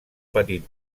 petit